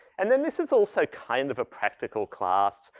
and then this is also kind of a practical class.